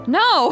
no